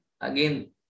again